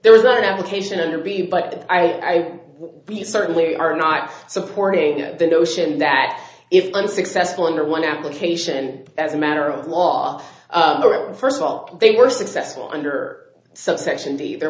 there was an application and b but i certainly are not supporting the notion that if unsuccessful under one application as a matter of law first of all they were successful under